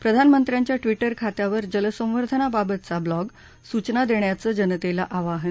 प्रधानमंत्र्यांच्या ट्विटर खात्यावर जलसंवर्धनबाबतचा ब्लॉग सूचना देण्याचं जनतेला आवाहन